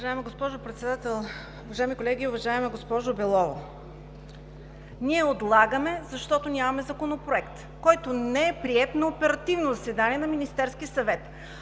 Уважаема госпожо Председател, уважаеми колеги! Уважаема госпожо Белова, ние отлагаме, защото нямаме законопроект, който не е приет на оперативно заседание на Министерския съвет.